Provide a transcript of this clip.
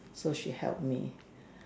so she help me